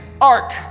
ark